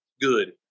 good